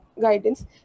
guidance